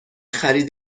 خرید